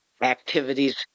activities